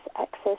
access